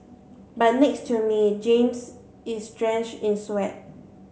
but next to me James is drenched in sweat